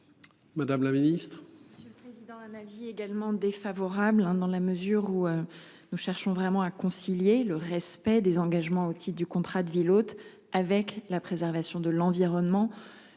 Madame la Ministre.